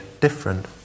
different